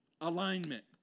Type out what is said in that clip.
Alignment